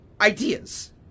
ideas